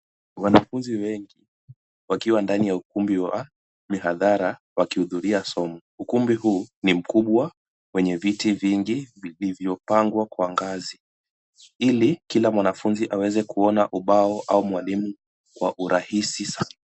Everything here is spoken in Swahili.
Wanafunzi wengi, wakiwa ndani ya ukumbi wa mihadhara wakihudhuria somo. Ukumbi huu ni mkubwa, wenye viti vingi vilivyopangwa kwa ngazi, ili kila mwanafunzi aweze kuona ubao au mwalimu kwa urahisi sana.